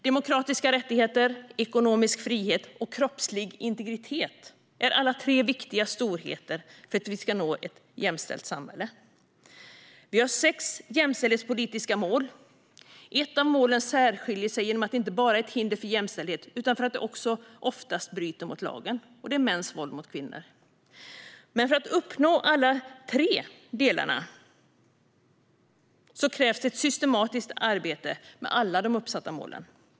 Demokratiska rättigheter, ekonomisk frihet och kroppslig integritet är alla tre viktiga storheter för att vi ska nå ett jämställt samhälle. Vi har sex jämställdhetspolitiska mål. Ett av målen särskiljer sig genom att det handlar om något som inte bara är ett hinder för jämställdhet utan också oftast bryter mot lagen, och det är mäns våld mot kvinnor. För att uppnå alla tre delar krävs ett systematiskt arbete med alla de uppsatta målen.